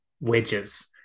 wedges